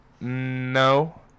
No